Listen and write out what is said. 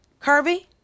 Curvy